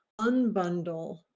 unbundle